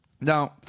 Now